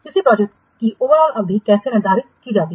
किसी प्रोजेक्ट की ओवरऑल अवधि कैसे निर्धारित की जाती है